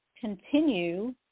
continue